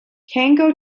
tango